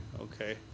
Okay